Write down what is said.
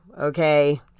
okay